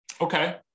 Okay